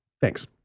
Thanks